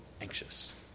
anxious